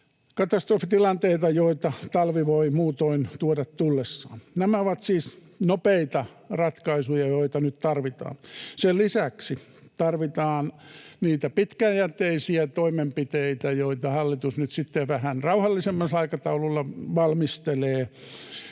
katastrofitilanteita, joita talvi voi muutoin tuoda tullessaan. Nämä, joita nyt tarvitaan, ovat siis nopeita ratkaisuja. Sen lisäksi tarvitaan niitä pitkäjänteisiä toimenpiteitä, joita hallitus nyt sitten vähän rauhallisemmalla aikataululla valmistelee.